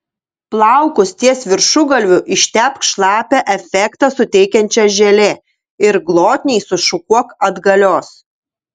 plaukus ties viršugalviu ištepk šlapią efektą suteikiančia želė ir glotniai sušukuok atgalios